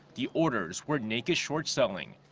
the orders were naked short-selling.